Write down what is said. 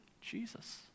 Jesus